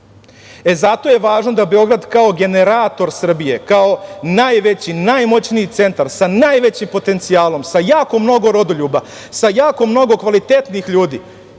E, zato je važno da Beograd, kao generator Srbije, kao najveći, najmoćniji centar, sa najvećim potencijalom, sa jako mnogo rodoljuba, sa jako mnogo kvalitetnih ljudi